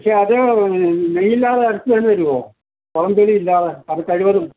പക്ഷേ അത് നെയ്യ് ഇല്ലാതെ ഇറച്ചി തന്നെ തരുമോ പുറം തൊലിയില്ലാതെ അത് കഴിവതും